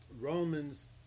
Romans